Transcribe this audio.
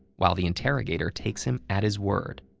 while the interrogator takes him at his word.